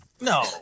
No